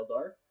Eldar